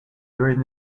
during